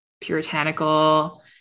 puritanical